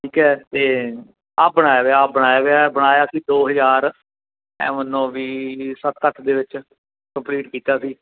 ਠੀਕ ਹੈ ਅਤੇ ਆਪ ਬਣਾਇਆ ਵਿਆ ਆਪ ਬਣਾਇਆ ਵਿਆ ਬਣਾਇਆ ਸੀ ਦੋ ਹਜ਼ਾਰ ਐਂ ਮੰਨੋ ਵੀ ਸੱਤ ਅੱਠ ਦੇ ਵਿੱਚ ਕੰਪਲੀਟ ਕੀਤਾ ਸੀ